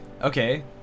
Okay